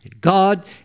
God